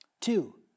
Two